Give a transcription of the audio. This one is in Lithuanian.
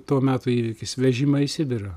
to meto įvykis vežimai į sibirą